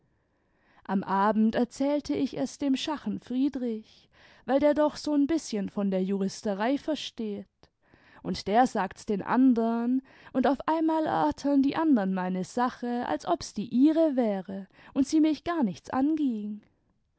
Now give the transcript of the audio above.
am abend erzählte ich es dem schachen friedrich weil der doch so n bißchen von der juristerei versteht und der sagt's den andern und auf einmal erörtern die andern meine sache als ob's die ihre wäre und sie mich gar nichts anging